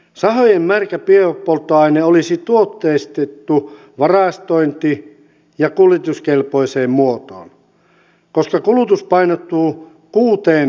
sahojen märkä biopolttoaine olisi tuotteistettu varastointi ja kuljetuskelpoiseen muotoon koska kulutus painottuu kuuteen talvikuukauteen